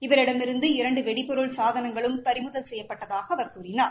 இவரிடமிருந்து இரண்டு வெடிபொருள் சாதனங்களும் பறிமுதல் செய்யப்பட்டதாக அவர் கூறினார்